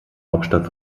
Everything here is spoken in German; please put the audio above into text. hauptstadt